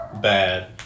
bad